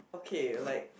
okay like